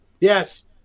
Yes